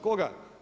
Koga?